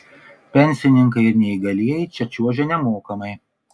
pensininkai ir neįgalieji čia čiuožia nemokamai